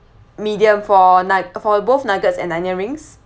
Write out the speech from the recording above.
medium for nug~ for both nuggets and onion rings